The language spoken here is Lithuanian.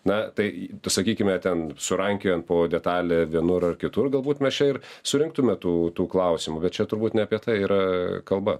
na tai sakykime ten surankiojant po detalę vienur ar kitur galbūt mes čia ir surinktume tų tų klausimų bet čia turbūt ne apie tai yra kalba